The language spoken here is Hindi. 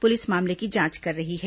पुलिस मामले की जांच कर रही है